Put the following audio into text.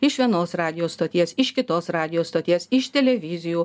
iš vienos radijo stoties iš kitos radijo stoties iš televizijų